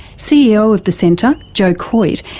ceo of the centre, joe coyte,